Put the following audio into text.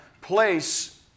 place